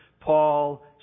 Paul